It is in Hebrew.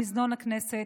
מזנון הכנסת,